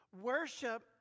Worship